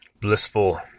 blissful